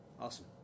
Awesome